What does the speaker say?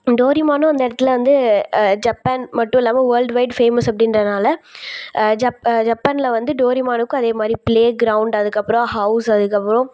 டோரிமானும் அந்த இடத்துல வந்து ஜப்பான் மட்டும் இல்லாமல் வோர்ல்டு வைட் ஃபேமஸ் அப்படின்றனால ஜப் ஜப்பானில் வந்து டோரிமானுக்கும் அதேமாதிரி ப்ளேக் ரௌண்ட் அதுக்கப்புறம் ஹவுஸ் அதுக்கப்புறம்